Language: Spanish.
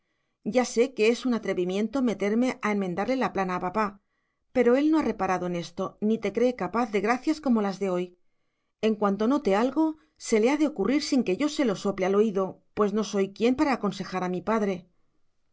ya sé que es un atrevimiento meterme a enmendarle la plana a papá pero él no ha reparado en esto ni te cree capaz de gracias como las de hoy en cuanto note algo se le ha de ocurrir sin que yo se lo sople al oído pues no soy quién para aconsejar a mi padre